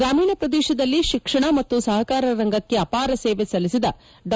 ಗ್ರಾಮೀಣ ಪ್ರದೇಶದಲ್ಲಿ ಶಿಕ್ಷಣ ಮತ್ತು ಸಹಕಾರ ರಂಗಕ್ಷೆ ಅಪಾರ ಸೇವೆ ಸಲ್ಲಿಸಿದ ಡಾ